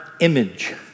image